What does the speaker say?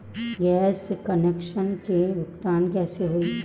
Gas connection के भुगतान कैसे होइ?